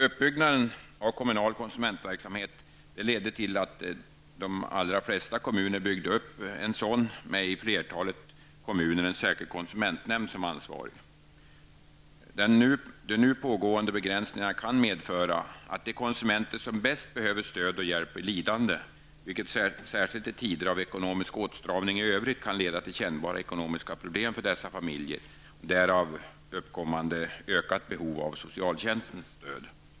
Uppbyggnaden av den kommunala konsumentverksamheten ledde till att de allra flesta kommunerna byggde upp en sådan med en särskild konsumentnämnd som ansvarig i flertalet kommuner. De nu pågående begränsningarna kan medföra att de konsumenter som bäst behöver stöd och hjälp blir lidande, vilket särskilt i tider av ekonomisk åtstramning i övrigt kan leda till kännbara ekonomiska problem för dessa familjer och därav uppkommande ökat behov av socialtjänstens stöd.